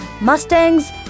Mustangs